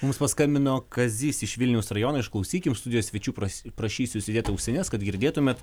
mums paskambino kazys iš vilniaus rajono išklausykim studijos svečių pras prašysiu užsidėt ausines kad girdėtumėt